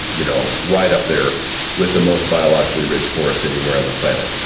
you know, right up there with the most biologically rich forests anywhere on the planet.